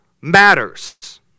matters